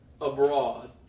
abroad